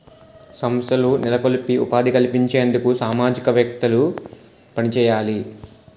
సంస్థలను నెలకొల్పి ఉపాధి కల్పించేందుకు సామాజికవేత్తలు పనిచేయాలి